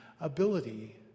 ability